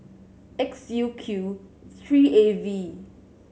X U Q three A V